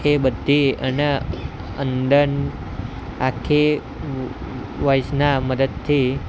તે બધી એને અંદર આખી વૉઇસના મદદથી